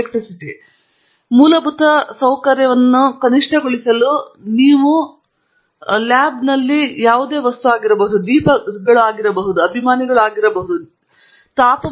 ಲ್ಯಾಬ್ನಲ್ಲಿರುವ ಮೂಲಭೂತ ಮೂಲಸೌಕರ್ಯವನ್ನು ಕನಿಷ್ಠಗೊಳಿಸಲು ನೀವು ಬಯಸುವ ಯಾವುದೇ ಲ್ಯಾಬ್ ಅಂದರೆ ದೀಪಗಳು ಆಗಿರಬಹುದು ಅದು ಅಭಿಮಾನಿಗಳು ಆಗಿರಬಹುದು ಅದು ನಿಮಗೆ ತಿಳಿದಿರಬಹುದು